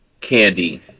candy